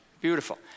Beautiful